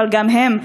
אבל גם הם,